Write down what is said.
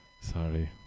Sorry